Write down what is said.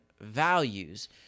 values